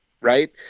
right